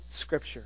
Scripture